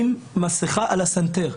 עם מסכה על הסנטר.